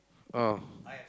oh